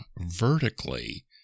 vertically